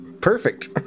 perfect